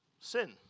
sin